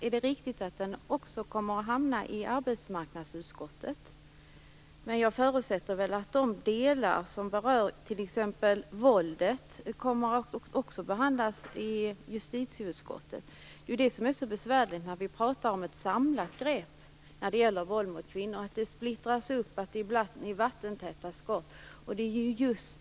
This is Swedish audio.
Är det riktigt att det också kommer att hamna i arbetsmarknadsutskottet? Jag förutsätter att de delar som berör t.ex. våldet kommer att behandlas även i justitieutskottet. Det som är så besvärligt när vi talar om ett samlat grepp över våld mot kvinnor är att det splittras upp och att det är vattentäta skott.